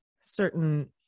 certain